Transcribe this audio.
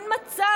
אין מצב.